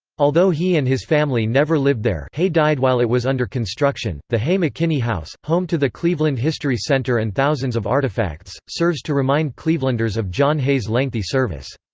although he and his family never lived there hay died while it was under construction, the hay-mckinney house, home to the cleveland history center and thousands of artifacts, serves to remind clevelanders of john hay's lengthy service.